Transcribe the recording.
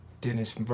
dennis